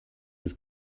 was